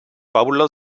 paulo